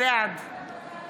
בעד ג'ידא